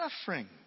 suffering